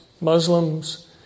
Muslims